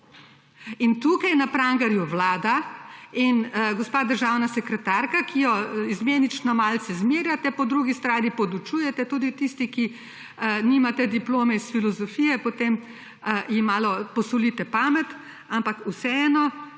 17.20** (nadaljevanje) sekretarka, ki jo izmenično malce zmerjate, po drugi strani podučujete tudi tisti, ki nimate diplome iz filozofije, potem ji malo posolite pamet. Ampak vseeno,